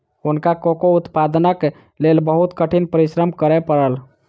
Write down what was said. हुनका कोको उत्पादनक लेल बहुत कठिन परिश्रम करय पड़ल